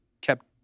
kept